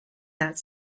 that